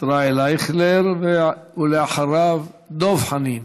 ישראל אייכלר, ואחריו, דב חנין.